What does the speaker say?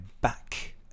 back